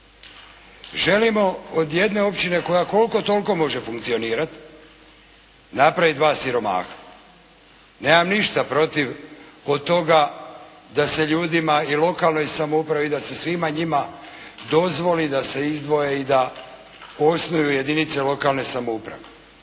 Želimo od jedne općine koja koliko toliko može funkcionirat napravit dva siromaha. Nemam ništa protiv od toga da se ljudima i lokalnoj samoupravi, da se svima njima dozvoli da se izdvoje i da osnuju jedinice lokalne samouprave.